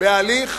בהליך